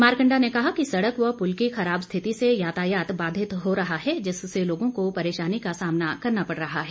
मारकंडा ने कहा कि सड़क व पुल की खराब स्थिति से यातायात बाधित हो रहा है जिससे लोगों को परेशानी का सामना करना पड़ रहा है